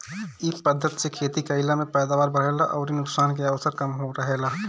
इ पद्धति से खेती कईला में पैदावार बढ़ेला अउरी नुकसान के अवसर कम रहेला